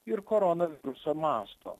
ir koronaviruso masto